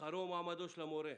שכרו ומעמדו של המורה.